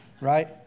Right